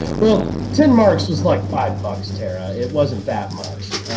well ten marks was like five bucks tara it wasn't that much